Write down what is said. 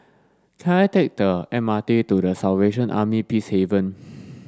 can I take the M R T to The Salvation Army Peacehaven